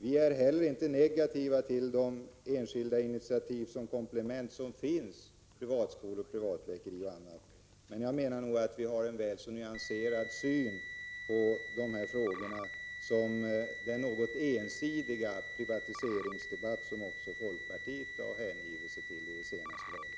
Vi är inte heller negativa till de komplement i form av privatskolor, privatläkare och annat som är resultat av enskilda initiativ, men jag menar att regeringen har en nyanserad syn på dessa frågor, om man jämför med den något ensidiga privatiseringsdebatt som också folkpartiet har hängivit sig åt under den senaste valrörelsen.